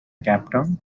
captain